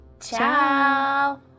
Ciao